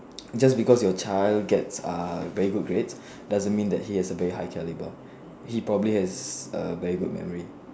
just because your child gets ah very good grades doesn't mean that he has a very high caliber he probably has a very good memory